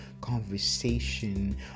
conversation